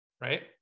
right